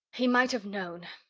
he might have known.